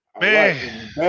Man